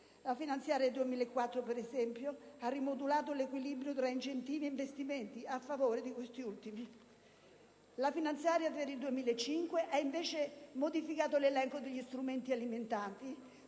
La finanziaria per il 2004, per esempio, ha rimodulato l'equilibrio tra incentivi e investimenti a favore di questi ultimi. La finanziaria per il 2005 ha invece modificato l'elenco degli strumenti alimentati